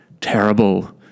terrible